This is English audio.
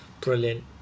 brilliant